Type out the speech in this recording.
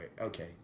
Okay